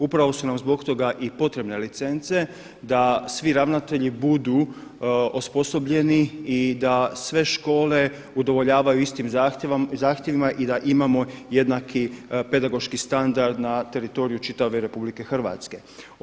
Upravo su nam i zbog toga potrebne licence da svi ravnatelji budu osposobljeni i da sve škole udovoljavaju istim zahtjevima i da imamo jednaki pedagoški standard na teritoriju čitave Republike Hrvatske.